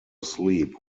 asleep